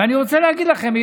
ואני רוצה להגיד לכם,